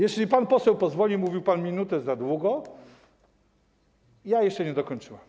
Jeśli pan poseł pozwoli, mówił pan minutę za długo, ja jeszcze nie dokończyłem.